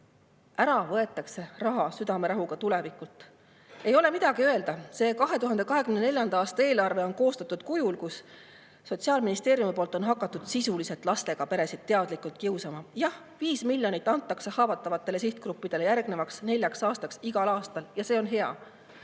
Raha võetakse südamerahuga ära tulevikult. Ei ole midagi öelda. 2024. aasta eelarve on koostatud kujul, kus Sotsiaalministeerium on sisuliselt hakanud lastega peresid teadlikult kiusama. Jah, 5 miljonit antakse haavatavatele sihtgruppidele järgnevaks neljaks aastaks igal aastal ja see on hea.